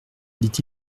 dit